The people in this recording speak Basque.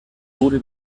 guri